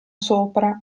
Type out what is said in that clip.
sopra